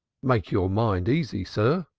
make your mind easy, sir,